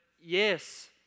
yes